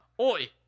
Oi